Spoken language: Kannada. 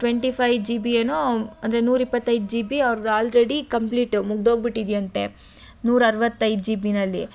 ಟ್ವೆಂಟಿ ಫೈವ್ ಜಿ ಬಿ ಏನೋ ಅಂದರೆ ನೂರು ಇಪ್ಪತ್ತೈದು ಜಿ ಬಿ ಅವ್ರ್ದು ಆಲ್ರೆಡಿ ಕಂಪ್ಲೀಟ್ ಮುಗಿದೋಗ್ಬಿಟ್ಟಿದ್ಯಂತೆ ನೂರ ಅರವತ್ತೈದು ಜಿ ಬಿನಲ್ಲಿ